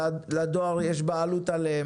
שלדואר יש בעלות עליהם.